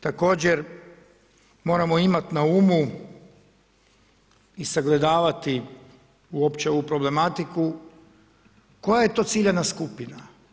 Također moramo imati na umu i sagledavati uopće ovu problematiku koja je to ciljana skupina.